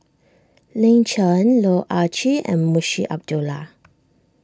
Lin Chen Loh Ah Chee and Munshi Abdullah